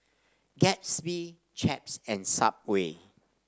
Gatsby Chaps and Subway